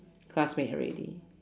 classmate already